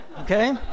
Okay